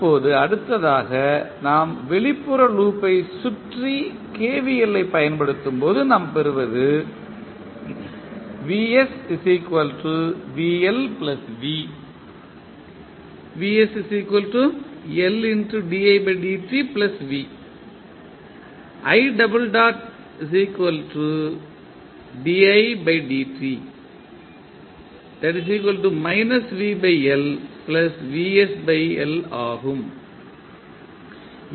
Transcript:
இப்போது அடுத்ததாக நாம் வெளிப்புற லூப்பைச் சுற்றி KVL ஐ பயன்படுத்தும்போது நாம் பெறுவது ஆகும்